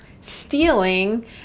stealing